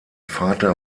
vater